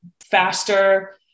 faster